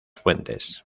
fuentes